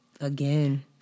Again